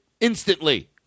instantly